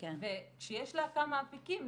כשיש לה כמה אפיקים,